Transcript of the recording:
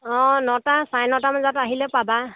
অঁ নটা চাৰে নটামান বজাত আহিলে পাবা